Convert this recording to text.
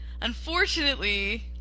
unfortunately